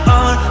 on